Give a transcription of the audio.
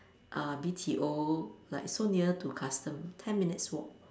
uh B_T_O like so near to custom ten minutes walk